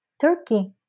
turkey